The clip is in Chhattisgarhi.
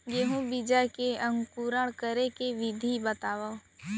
गेहूँ बीजा के अंकुरण करे के विधि बतावव?